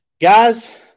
Guys